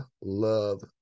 love